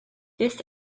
this